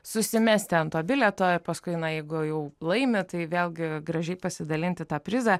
susimesti ant to bilieto paskui na jeigu jau laimi tai vėlgi gražiai pasidalinti tą prizą